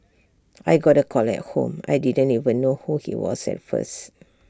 I got A call at home I didn't even know who he was at first